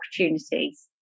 opportunities